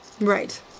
Right